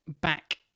back